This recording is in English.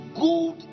good